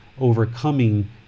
overcoming